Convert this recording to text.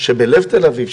שבלב תל אביב,